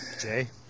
Jay